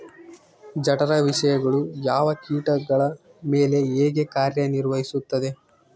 ಜಠರ ವಿಷಯಗಳು ಯಾವ ಕೇಟಗಳ ಮೇಲೆ ಹೇಗೆ ಕಾರ್ಯ ನಿರ್ವಹಿಸುತ್ತದೆ?